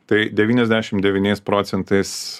tai devyniasdešimt devyniais procentais